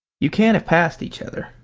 you can't have passed each other.